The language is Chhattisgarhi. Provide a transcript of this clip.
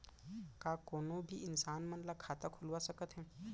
का कोनो भी इंसान मन ला खाता खुलवा सकथे?